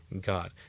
God